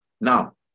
Now